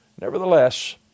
nevertheless